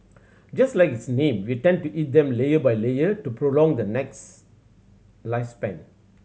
just like its name we tend to eat them layer by layer to prolong the lifespan